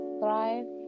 thrive